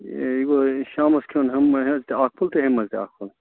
ہے یہِ گوٚو شامَس کھٮ۪ون ہۅمہِ منٛز تہِ اَکھ پھوٚل تہٕ ہۅمہِ منٛز تہِ اَکھ پھوٚل